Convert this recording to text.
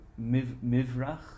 Mivrach